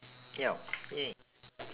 yup !yay!